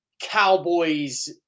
Cowboys